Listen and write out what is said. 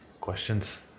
questions